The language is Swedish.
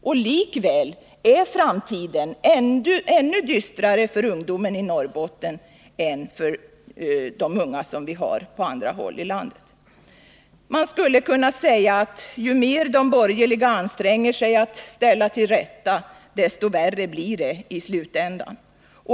Och likväl är framtiden för ungdomen ännu dystrare i Norrbotten än på andra håll i landet. Man skulle kunna säga att ju mer de borgerliga anstränger sig att ”ställa till rätta” , desto värre blir det i slutänden.